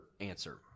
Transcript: answer